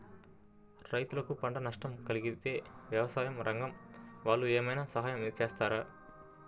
రైతులకు పంట నష్టం కలిగితే వ్యవసాయ రంగం వాళ్ళు ఏమైనా సహాయం చేస్తారా?